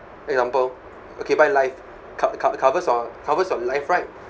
example okay buy life co~ co~ covers your covers your life right